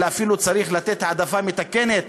ואפילו צריך לתת העדפה מתקנת,